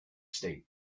state